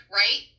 right